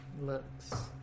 looks